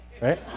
right